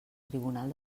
tribunal